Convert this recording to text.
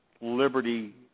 Liberty